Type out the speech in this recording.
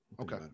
Okay